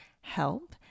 help